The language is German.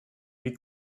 wie